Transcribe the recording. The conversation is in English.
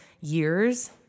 years